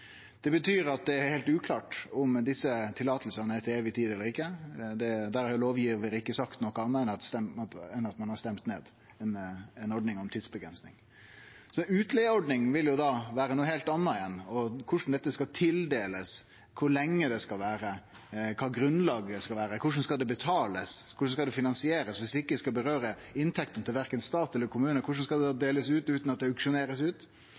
Det betyr at det er heilt uklart om desse løyva er til evig tid eller ikkje. Der har lovgivaren ikkje sagt noko anna enn at ein har stemt ned ei ordning om tidsavgrensing. Ei utleigeordning vil vere noko heilt anna igjen – korleis det skal bli tildelt, kor lenge det skal vere, kva grunnlag det skal vere, korleis det skal betalast, korleis det skal finansierast dersom det ikkje skal gjelde inntektene til verken stat eller kommune, korleis skal det delast ut utan at det blir auksjonert ut?